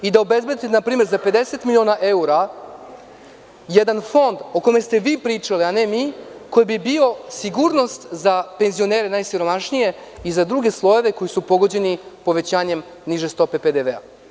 Da obezbedite npr, za 50 miliona evra jedan fond o kome ste vi pričali, a ne mi, koji bi bio sigurnost za penzionere najsiromašnije i za druge slojeve koji su pogođeni povećanjem niže stope PDV.